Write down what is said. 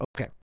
Okay